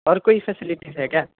اور کوئی فیسلٹیز ہے کیا